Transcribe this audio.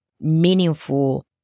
meaningful